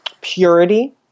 purity